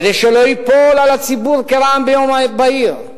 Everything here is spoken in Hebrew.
כדי שלא ייפול על הציבור כרעם ביום בהיר.